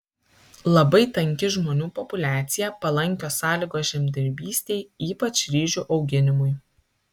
labai tanki žmonių populiacija palankios sąlygos žemdirbystei ypač ryžių auginimui